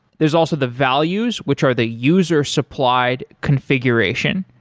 there's also the values, which are the user supplied configuration.